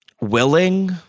Willing